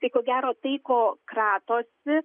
tai ko gero tai ko kratosi